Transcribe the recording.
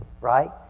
right